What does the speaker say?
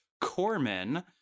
Corman